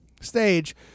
stage